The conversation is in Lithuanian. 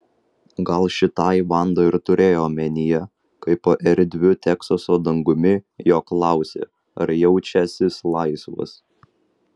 gal šitai vanda ir turėjo omenyje kai po erdviu teksaso dangumi jo klausė ar jaučiąsis laisvas